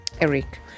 Eric